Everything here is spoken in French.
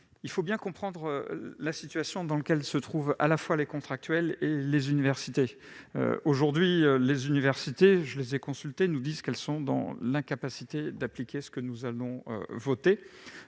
Il faut bien comprendre la situation dans laquelle se trouvent à la fois les contractuels et les universités. Aujourd'hui, les universités- je les ai consultées -expliquent être dans l'incapacité d'appliquer la disposition que nous allons voter,